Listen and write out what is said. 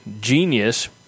genius